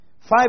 Five